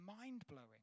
mind-blowing